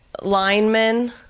linemen